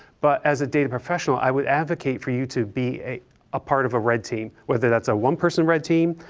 but, as a data professional, i would advocate for you to be a a part of a red team. whether that's a one-person red team,